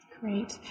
Great